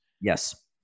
Yes